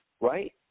right